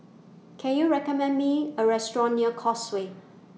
Can YOU recommend Me A Restaurant near Causeway